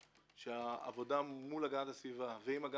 העבודה מול הגנת הסביבה, ואתה,